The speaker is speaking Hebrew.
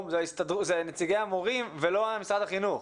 זה נציגי המורים ולא משרד החינוך.